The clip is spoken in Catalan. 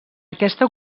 aquesta